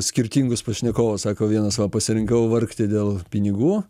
skirtingus pašnekovus sako vienas va pasirinkau vargti dėl pinigų